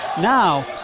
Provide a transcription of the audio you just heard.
Now